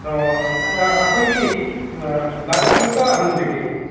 ꯑꯩꯈꯣꯏꯒꯤ ꯂꯥꯏꯔꯤꯛ ꯑꯃꯠꯇ ꯍꯪꯖꯒꯦ